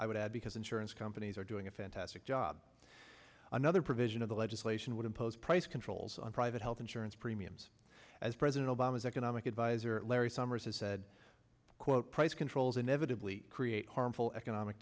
i would add because insurance companies are doing a fantastic job another provision of the legislation would impose price controls on private health insurance premiums as president obama's economic adviser larry summers has said quote price controls inevitably create harmful economic